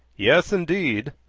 yes, indeed,